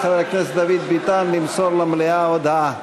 חבר הכנסת דוד ביטן למסור למליאה הודעה.